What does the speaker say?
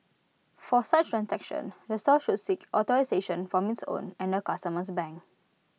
for such transactions the store should seek authorisation from its own and the customer's bank